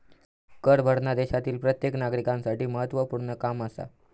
कर भरना देशातील प्रत्येक नागरिकांसाठी महत्वपूर्ण काम आसा